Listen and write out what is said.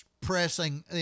pressing